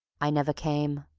i never came.